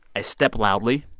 i step loudly,